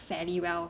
fairly well